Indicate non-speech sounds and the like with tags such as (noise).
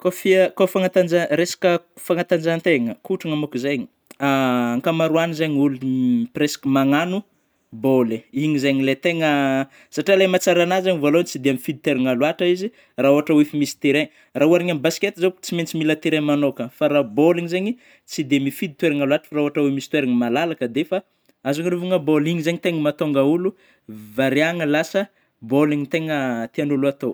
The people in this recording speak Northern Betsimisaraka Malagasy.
Ko fia ko fanantanja, resaky fanatanjahan-tena, kôtrana manko zeigny, (hesitation) ankamaroany zegny ologna preska magnano bôly, igny zegny le tegna, (hesitation) satria le mahatsara an'azy voalohany tsy dia mifidy toerana loatra izy raha ôhatry oe efa misy terrain, raha oharina amin'ny basket zao tsy maintsy mila terrain manokagna, fa raha bôly zegny tsy de mifidy toeragna loatra fa raha ohatra hoe misy toerana malalaka, dia efa azo ilalaovagna bôly zegny tena mahatonga ôlô variagna lasa bôly tegna tian'ôlô atao.